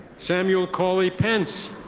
samuel cauley pence.